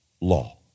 law